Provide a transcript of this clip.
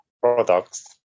products